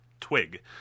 twig